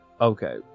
Okay